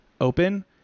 Open